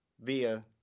via